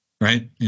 right